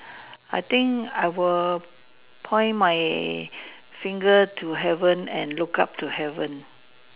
I think I will point my finger to heaven and look up to heaven